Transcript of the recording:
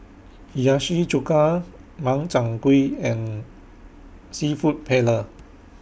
Hiyashi Chuka Makchang Gui and Seafood Paella